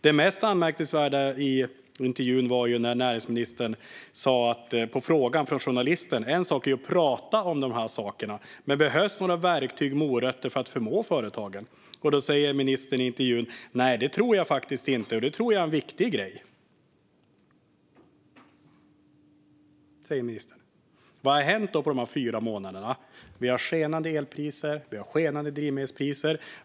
Det mest anmärkningsvärda i intervjun är när näringsministern svarar på följande fråga från journalisten: "En sak är ju att prata om de här sakerna, men behövs några verktyg, morötter för att förmå företagen?" Ministern säger: "Det tror jag faktiskt inte, och det tror jag är en viktig grej." Vad har då hänt på de här fyra månaderna? Vi har skenande elpriser och skenande drivmedelspriser.